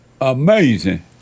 Amazing